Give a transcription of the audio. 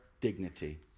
dignity